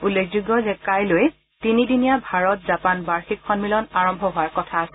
উল্লেখযোগ্য যে কাইলৈ তিনিদিনীয়া ভাৰত জাপান বাৰ্ষিক সন্মিলন আৰম্ভ হোৱাৰ কথা আছিল